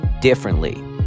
differently